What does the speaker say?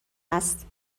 است